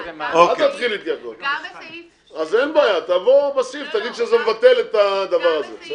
אין בעיה, תבוא בסעיף ותגיד שזה מבטל את הדבר הזה.